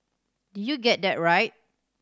did you get that right